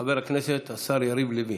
חבר הכנסת השר יריב לוין.